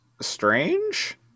strange